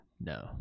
no